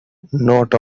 not